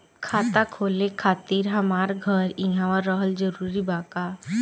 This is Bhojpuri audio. खाता खोले खातिर हमार घर इहवा रहल जरूरी बा का?